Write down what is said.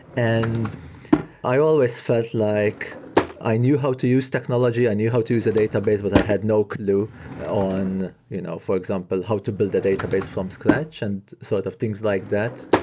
and i always felt like i knew how to use technology, i knew how to use a database, but i had no clue on you know for example, how to build a database from scratch and sort of things like that.